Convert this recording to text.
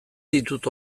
ditut